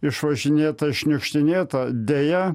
išvažinėta šniukštinėta deja